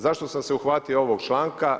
Zašto sam se uhvatio ovog članka?